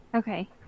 okay